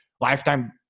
lifetime